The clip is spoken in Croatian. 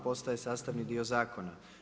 Postaje sastavni dio zakona.